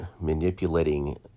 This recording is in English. manipulating